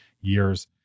years